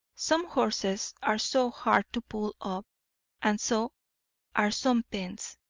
some horses are so hard to pull up and so are some pens.